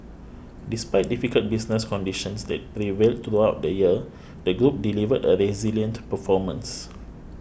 despite difficult business conditions that prevailed throughout the year the group delivered a resilient performance